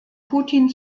putin